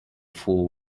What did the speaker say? full